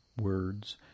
words